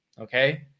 Okay